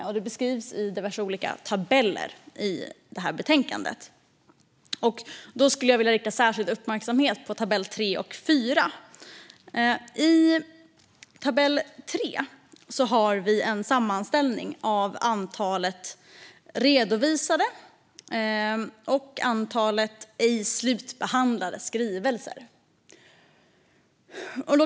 Detta beskrivs i diverse olika tabeller i det här betänkandet. Jag skulle vilja rikta särskild uppmärksamhet mot tabellerna 3 och 4. I tabell 3 har vi en sammanställning av antalet redovisade och antalet ej slutbehandlade skrivelser.